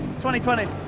2020